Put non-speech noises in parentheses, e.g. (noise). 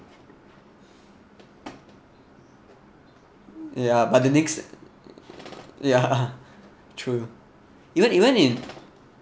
ya but the next ya (laughs) true even even in